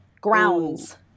grounds